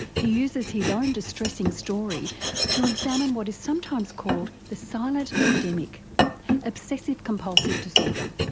he uses his own distressing story to examine what is sometimes called the silent epidemic obsessive compulsive disorder.